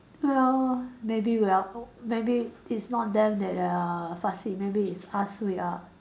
well maybe we are o~ maybe it's not them that are fussy maybe it's us we are